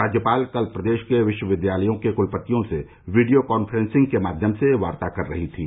राज्यपाल कल प्रदेश के विश्वविद्यालयों के कुलपतियों से वीडियो कान्फ्रेसिंग के माध्यम से वार्ता कर रही थीं